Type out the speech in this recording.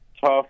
tough